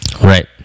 Right